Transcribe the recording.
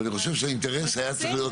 אבל אני חושב שהאינטרס היה צריך להיות